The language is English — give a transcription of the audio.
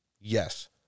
Yes